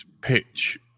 pitch